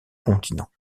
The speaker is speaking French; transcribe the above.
continent